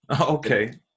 Okay